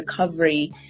recovery